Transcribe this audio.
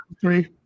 three